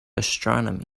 astronomy